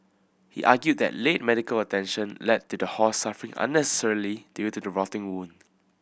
he argued that late medical attention led to the horse suffering unnecessarily due to the rotting wound